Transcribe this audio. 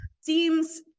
seems